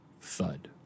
Thud